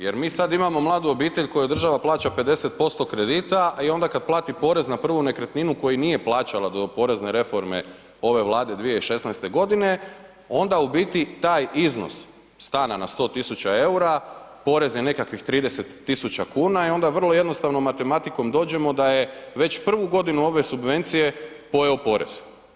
Jer mi sad imamo mladu obitelj kojoj država plaća 50% kredita i onda kada plati porez na prvu nekretninu koju nije plaćala do porezne reforme ove Vlade 2016. godine, onda u biti taj iznos stana na 100 tisuća eura, porez je nekakvih 30 tisuća kuna i onda vrlo jednostavnom matematikom dođemo da je već prvu godinu ove subvencije pojeo porez.